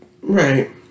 Right